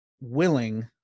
willing